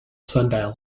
sundial